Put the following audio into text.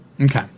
Okay